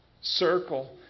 circle